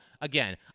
again